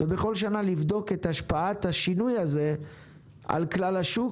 בכל שנה תיבדק השפעת השינוי הזה על כלל השוק